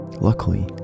Luckily